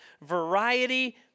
variety